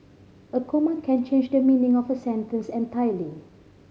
a comma can change the meaning of a sentence entirely